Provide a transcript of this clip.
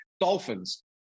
Dolphins